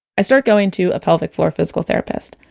i start going to a pelvic floor physical therapist.